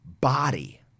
body